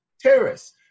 terrorists